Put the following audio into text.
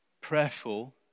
prayerful